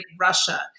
Russia